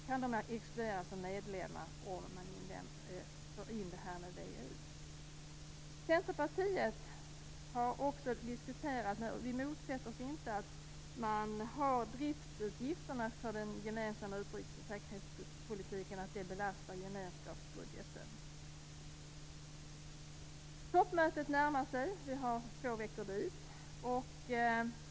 Kan de exkluderas som medlemmar om man för in detta med VEU? Centerpartiet motsätter sig inte att driftsutgifterna för den gemensamma utrikes och säkerhetspolitiken belastar gemenskapsbudgeten. Toppmötet närmar sig. Vi har två veckor dit.